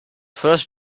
first